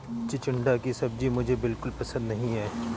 चिचिण्डा की सब्जी मुझे बिल्कुल पसंद नहीं है